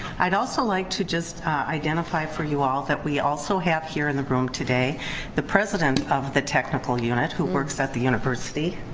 i'd also like to just identify for you all that we also have here in the room today the president of the technical unit, who works at the university.